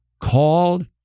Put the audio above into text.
called